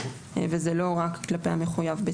וזה לא רק כלפי המחויב בצו.